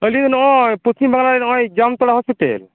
ᱟᱞᱤᱧ ᱫᱚ ᱱᱚᱜᱼᱚᱭ ᱯᱚᱥᱪᱷᱤᱢ ᱵᱟᱝᱞᱟ ᱨᱮ ᱱᱚᱜᱼᱚᱭ ᱡᱟᱢᱛᱚᱲᱟ ᱦᱳᱥᱯᱤᱴᱟᱞ